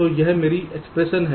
तो यह मेरी एक्सप्रेशन है